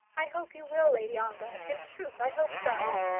i hope you will, lady ongar. in truth, i hope so.